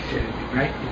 right